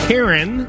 Karen